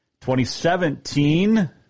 2017